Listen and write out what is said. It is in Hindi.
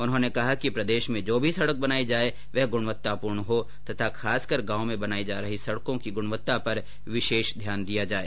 उन्होंने कहा कि प्रदेश में जो भी सड़क बनाई जाये वह गुणवत्तापूर्ण हो तथा खासकर गांवों में बनाई जा रही सड़को की गुणवत्ता पर विशेष ध्यान दिया जावे